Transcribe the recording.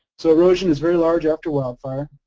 so erosion is very large after wildfire,